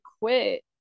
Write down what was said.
quit